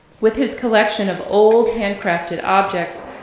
with his collection of old handcrafted objects,